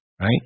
right